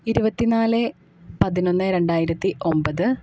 ഇരുപത്തിനാല് പതിനൊന്ന് രണ്ടായിരത്തി ഒമ്പത്